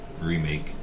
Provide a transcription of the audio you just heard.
remake